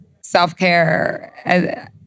self-care